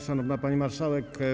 Szanowna Pani Marszałek!